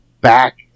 back